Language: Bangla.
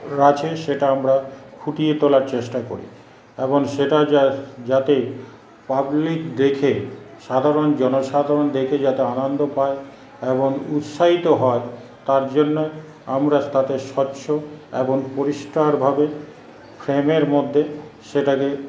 আছে সেটা আমরা ফুটিয়ে তোলার চেষ্টা করি এবং সেটা যাতে পাবলিক দেখে সাধারণ জনসাধারণ দেখে যাতে আনন্দ পায় এবং উৎসাহিত হয় তারজন্য আমরা তাতে স্বচ্ছ এবং পরিষ্কারভাবে ফ্রেমের মধ্যে সেটাকে